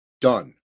done